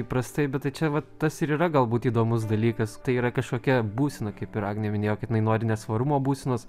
įprastai bet tai čia vat tas ir yra galbūt įdomus dalykas tai yra kažkokia būsena kaip ir agnė minėjo kad jinai nori nesvarumo būsenos